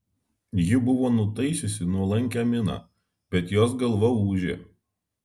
ji buvo nutaisiusi nuolankią miną bet jos galva ūžė